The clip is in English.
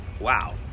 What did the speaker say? wow